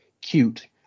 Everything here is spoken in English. cute